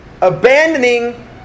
abandoning